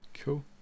Cool